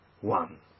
One